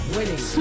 Winning